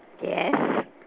yes